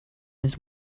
this